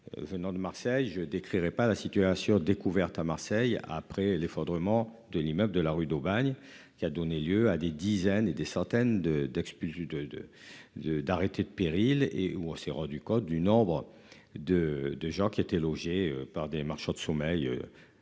Venant de Marseille, je décrirai pas la situation découverte à Marseille après l'effondrement de l'immeuble de la rue d'Aubagne qui a donné lieu à des dizaines et des centaines de d'expulser de de de d'arrêté de péril et où on s'est rendu compte du nombre de, de gens qui étaient logés par des marchands de sommeil